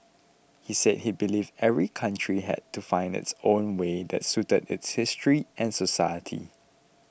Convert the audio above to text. he said he believed every country had to find its own way that suited its history and society